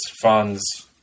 funds